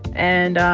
and